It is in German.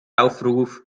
aufruf